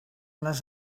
les